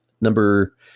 Number